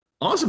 Awesome